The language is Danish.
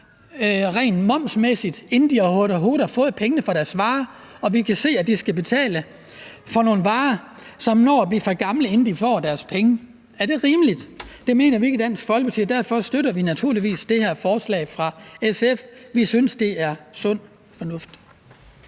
rent momsmæssigt, inden de overhovedet har fået pengene for deres varer, og vi kan se, at de skal betale for nogle varer, som når at blive for gamle, inden de når at få deres penge. Er det rimeligt? Det mener vi ikke i Dansk Folkeparti, og derfor støtter vi naturligvis det her forslag fra SF. Vi synes, det er sund fornuft.